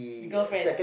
the girlfriend